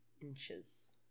inches